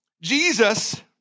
Jesus